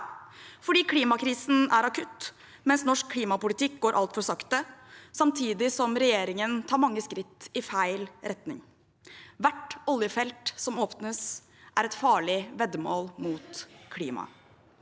for klimakrisen er akutt, mens norsk klimapolitikk går altfor sakte – samtidig som regjeringen tar mange steg i feil retning. Hvert oljefelt som åpnes, er et farlig veddemål mot klimaet.